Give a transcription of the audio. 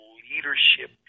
leadership